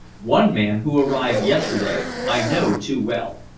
one man, who arrived yesterday, i know too well.